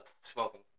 smoking